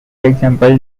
example